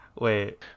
wait